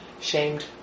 shamed